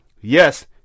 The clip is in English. Yes